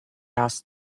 asked